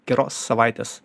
geros savaitės